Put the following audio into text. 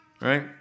right